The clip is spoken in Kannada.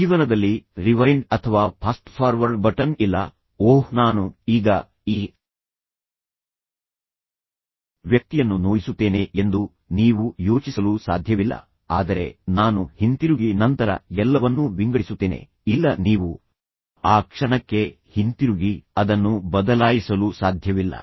ಜೀವನದಲ್ಲಿ ರಿವೈಂಡ್ ಅಥವಾ ಫಾಸ್ಟ್ ಫಾರ್ವರ್ಡ್ ಬಟನ್ ಇಲ್ಲ ಓಹ್ ನಾನು ಈಗ ಈ ವ್ಯಕ್ತಿಯನ್ನು ನೋಯಿಸುತ್ತೇನೆ ಎಂದು ನೀವು ಯೋಚಿಸಲು ಸಾಧ್ಯವಿಲ್ಲ ಆದರೆ ನಾನು ಹಿಂತಿರುಗಿ ನಂತರ ಎಲ್ಲವನ್ನೂ ವಿಂಗಡಿಸುತ್ತೇನೆ ಇಲ್ಲ ನೀವು ಆ ಕ್ಷಣಕ್ಕೆ ಹಿಂತಿರುಗಿ ಅದನ್ನು ಬದಲಾಯಿಸಲು ಸಾಧ್ಯವಿಲ್ಲ